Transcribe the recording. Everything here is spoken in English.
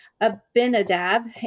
Abinadab